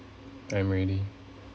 I'm ready